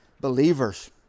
believers